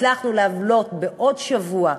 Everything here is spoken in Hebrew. הצלחנו להעלות את זה בעוד שבוע.